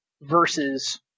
versus